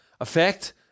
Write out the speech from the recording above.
effect